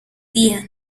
dean